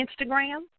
Instagram